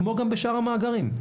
כמו גם בשאר המאגרים.